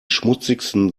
schmutzigsten